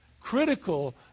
Critical